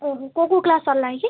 ଓହୋ କେଉଁ କେଉଁ କ୍ଲାସ୍ ସରିଲାଣି କି